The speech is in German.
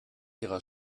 ihrer